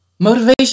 Motivation